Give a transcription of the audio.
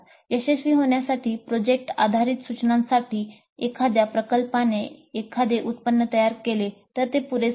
यशस्वी होण्यासाठी प्रोजेक्ट आधारित सूचनांसाठी एखाद्या प्रकल्पाने एखादे उत्पादन तयार केले तर ते पुरेसे नाही